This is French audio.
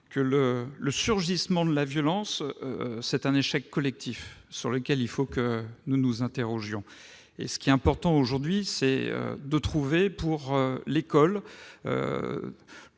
que le surgissement de la violence est un échec collectif, sur lequel il faut que nous nous interrogions. Ce qui importe aujourd'hui, c'est de renouer, pour l'école,